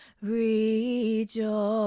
Rejoice